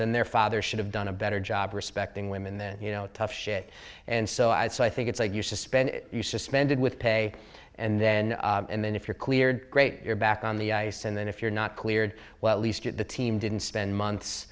their father should have done a better job respecting women then you know tough shit and so i so i think it's like you suspend you suspended with pay and then and then if you're cleared great you're back on the ice and then if you're not cleared well least get the team didn't spend